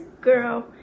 girl